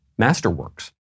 Masterworks